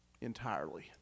entirely